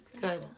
Good